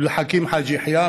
על עבד אל חכים חאג' יחיא,